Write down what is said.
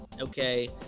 okay